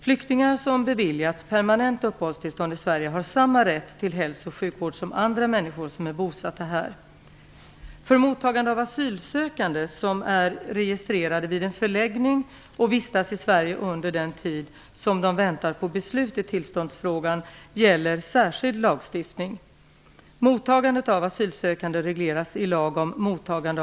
Flyktingar som beviljats permanent uppehållstillstånd i Sverige har samma rätt till hälso och sjukvård som andra människor som är bosatta här.